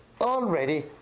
already